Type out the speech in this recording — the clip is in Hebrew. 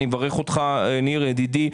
אני מברך אותך, ניר, ידידי.